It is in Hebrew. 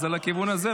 אז זה לכיוון הזה,